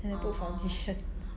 then I put foundation